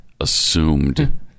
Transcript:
assumed